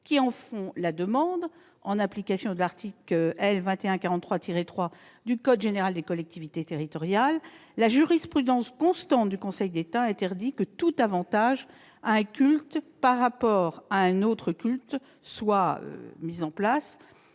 qui en font la demande en application de l'article L. 2144-3 du code général des collectivités territoriales, la jurisprudence constante du Conseil d'État interdit que tout avantage soit octroyé à un culte par rapport à un autre, en vertu des principes